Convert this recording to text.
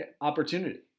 opportunity